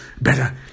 better